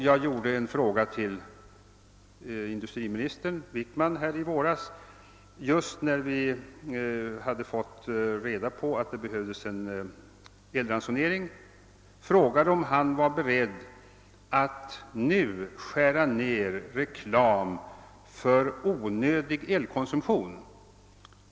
Jag ställde en fråga till industriminister Wickman här i våras, just när vi hade fått reda på att det behövdes en elransonering, om han var beredd att skära ned reklam för onödig elkonsumtion.